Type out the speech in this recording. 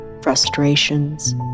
Frustrations